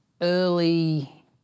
early